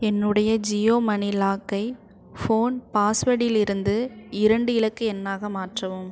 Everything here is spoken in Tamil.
என்னுடைய ஜியோ மணி லாக்கை ஃபோன் பாஸ்வேடிலிருந்து இரண்டு இலக்கு எண்ணாக மாற்றவும்